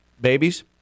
babies